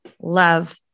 love